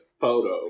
photo